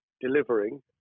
delivering